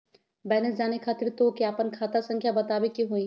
Balance जाने खातिर तोह के आपन खाता संख्या बतावे के होइ?